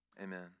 Amen